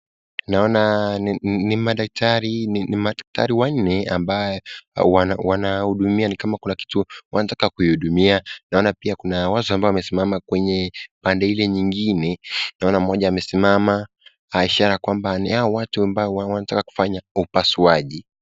Naona ni madaktari, ni madaktari wanne ambao wanahudumia ni kama kuna kitu wanataka kuihudumia, naona pia kuna watu ambao wamesimama kwenye pande ile nyingine, naona mmoja amesimama ishara kwamba hawa ni watu ambao wanataka kufanya upasuaji.